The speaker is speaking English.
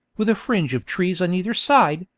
with a fringe of trees on either side,